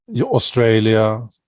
Australia